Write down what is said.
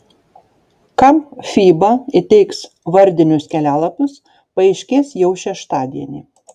kam fiba įteiks vardinius kelialapius paaiškės jau šeštadienį